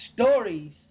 stories